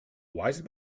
wise